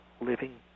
living